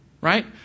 Right